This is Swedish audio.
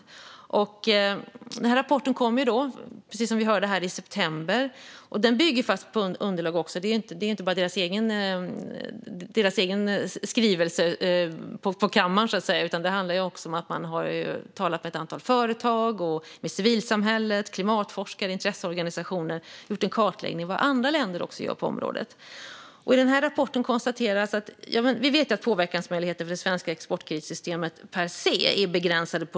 Precis som vi hörde kom deras rapport i september, och den bygger på flera underlag. Det är inte bara deras egen skrivelse på kammaren, så att säga, utan de har talat med ett antal företag, civilsamhället, klimatforskare och intresseorganisationer. De har också gjort en kartläggning av vad andra länder gör på området. I rapporten konstateras att det svenska exportkreditsystemets möjligheter att påverka det globala klimatet per se är begränsade.